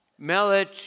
Melich